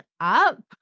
up